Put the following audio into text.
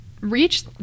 reach